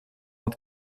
het